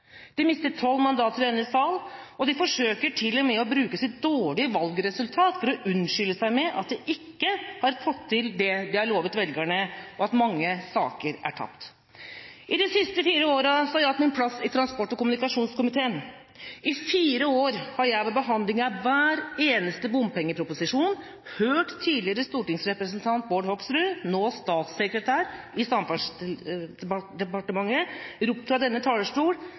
De mistet tolv mandater i denne sal, og de forsøker til og med å bruke sitt dårlige valgresultat for å unnskylde at de ikke har fått til det de har lovet velgerne, og at mange saker er tapt. I de siste fire årene har jeg hatt min plass i transport- og kommunikasjonskomiteen. I fire år har jeg ved behandling av hver eneste bompengeproposisjon hørt tidligere stortingsrepresentant Bård Hoksrud, nå statssekretær i Samferdselsdepartementet, rope fra denne talerstol